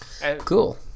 Cool